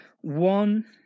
one